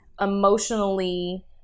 emotionally